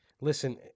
Listen